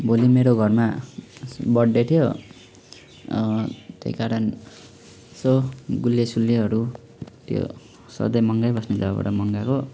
भोलि मेरो घरमा बर्ड डे थियो त्यही कारण यसो गुल्यो सुल्योहरू त्यो सधैँ मगाइबस्ने जगाबाट मगाएको